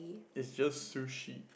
it's just sushi